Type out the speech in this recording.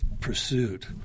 pursuit